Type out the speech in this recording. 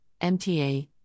MTA